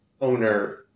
owner